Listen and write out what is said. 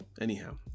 anyhow